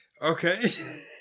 Okay